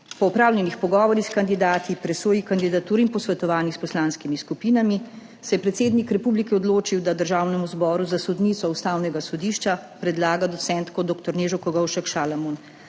Po opravljenih pogovorih s kandidati, presoji kandidatur in posvetovanjih s poslanskimi skupinami se je predsednik republike odločil, da Državnemu zboru za sodnico ustavnega sodišča predlaga docentko dr. Nežo Kogovšek Šalamon,